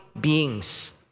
beings